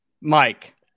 Mike